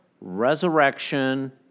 resurrection